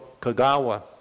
Kagawa